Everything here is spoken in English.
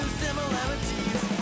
similarities